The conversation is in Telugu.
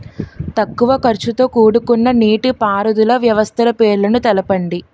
తక్కువ ఖర్చుతో కూడుకున్న నీటిపారుదల వ్యవస్థల పేర్లను తెలపండి?